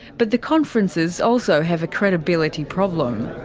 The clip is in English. but the conferences also have a credibility problem.